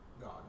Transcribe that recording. God